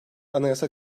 anayasa